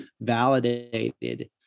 validated